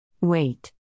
Wait